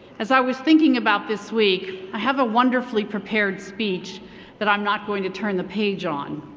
as i was thinking about this week, i have a wonderfully prepared speech that i'm not going to turn the page on,